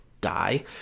die